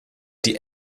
die